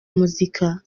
muzika